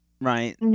Right